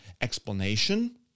explanation